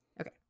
Okay